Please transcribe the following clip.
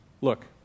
Look